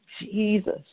Jesus